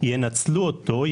ינצלו אותו,